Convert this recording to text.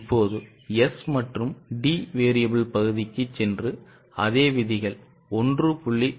இப்போது S மற்றும் D variable பகுதிக்குச் சென்று அதே விதிகள் 1